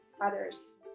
others